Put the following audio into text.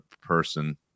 person